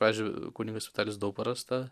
pavyzdžiui kunigas vitalijus dauparas tą